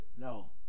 no